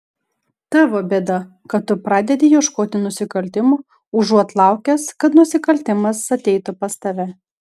tavo bėda kad tu pradedi ieškoti nusikaltimo užuot laukęs kad nusikaltimas ateitų pas tave